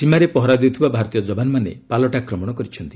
ସୀମାରେ ପହରା ଦେଉଥିବା ଭାରତୀୟ ଯବାନମାନେ ପାଲଟା ଆକ୍ରମଣ କରିଛନ୍ତି